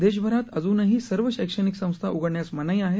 देशभरात अजूनही सर्व शैक्षणिक संस्था उघडण्यास मनाई आहे